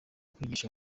kwigisha